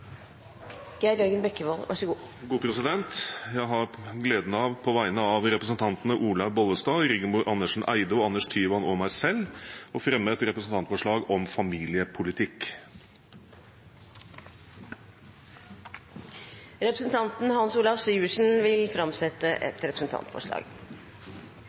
Jeg har gleden av på vegne av representantene Olaug V. Bollestad, Rigmor Andersen Eide, Anders Tyvand og meg selv å fremme et representantforslag om familiepolitikk. Representanten Hans Olav Syversen vil framsette